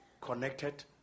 connected